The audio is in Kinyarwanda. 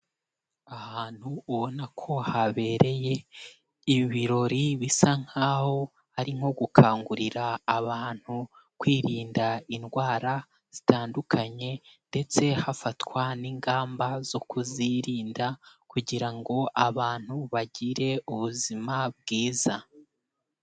Ahantu ubona ko habereye ibirori bisa nkaho, ari nko gukangurira abantu, kwirinda indwara zitandukanye ndetse hafatwa n'ingamba zo kuzirinda kugira ngo abantu bagire ubuzima bwiza.